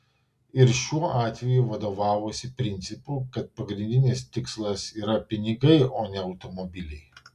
ir šiuo atveju vadovavosi principu kad pagrindinis tikslas yra pinigai o ne automobiliai